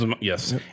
Yes